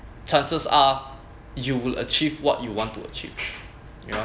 chances are you will achieve what you want to achieve you know